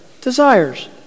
desires